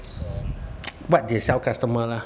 what they sell customer lah